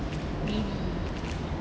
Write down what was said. maybe